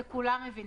את זה כולם מבינים.